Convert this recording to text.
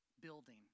building